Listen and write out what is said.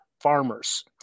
farmers